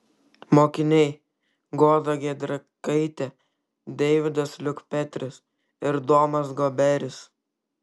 mokiniai goda giedrikaitė deividas liukpetris ir domas goberis